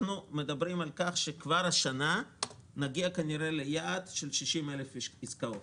אנחנו מדברים על כך שכבר השנה נגיע כנראה ליעד של 60,000 עסקאות.